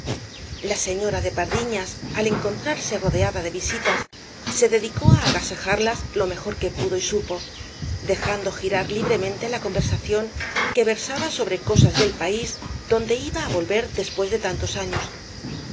la señora de pardiñas al encontrarse rodeada de visitas se dedicó á agasajarlas lo mejor que pudo y supo dejando girar libremente la conversación que versaba sobre cosas del país donde iba á volver después de tantos años